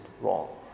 wrong